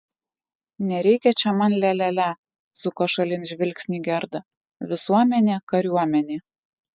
nereikia čia man lia lia lia suko šalin žvilgsnį gerda visuomenė kariuomenė